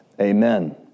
Amen